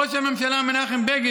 ראש הממשלה מנחם בגין,